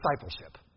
discipleship